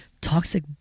toxic